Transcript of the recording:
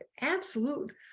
absolute